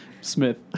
Smith